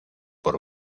por